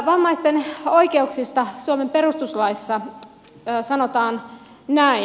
vammaisten oikeuksista suomen perustuslaissa sanotaan näin